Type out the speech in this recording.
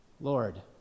Lord